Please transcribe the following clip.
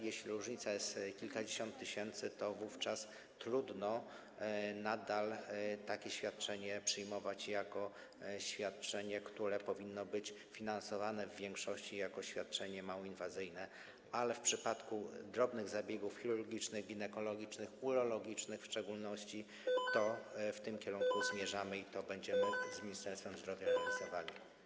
Jeśli różnica wynosi kilkadziesiąt tysięcy, to wówczas trudno nadal takie świadczenie przyjmować jako świadczenie, które powinno być finansowane w większości jako świadczenie małoinwazyjne, ale w przypadku drobnych zabiegów chirurgicznych, ginekologicznych, urologicznych w szczególności w tym kierunku zmierzamy i to będziemy w Ministerstwie Zdrowia analizowali.